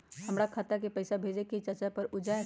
हमरा खाता के पईसा भेजेए के हई चाचा पर ऊ जाएत?